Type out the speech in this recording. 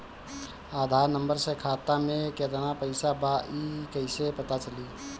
आधार number से खाता में केतना पईसा बा ई क्ईसे पता चलि?